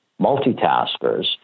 multitaskers